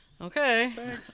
Okay